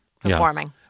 performing